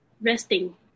resting